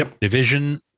division